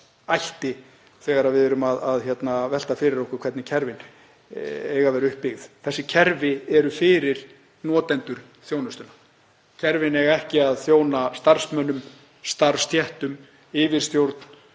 ætti þegar við erum að velta fyrir okkur hvernig kerfin eiga að vera uppbyggð. Þessi kerfi eru fyrir notendur þjónustunnar. Kerfin eiga ekki að þjóna starfsmönnum, starfsstéttum, yfirstjórn